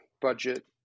budget